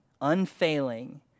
unfailing